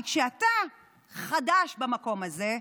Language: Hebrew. כי כשאתה חדש במקום הזה,